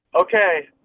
Okay